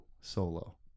Solo